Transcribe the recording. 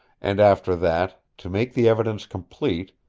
and after that, to make the evidence complete,